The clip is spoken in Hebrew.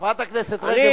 הכנסת רגב,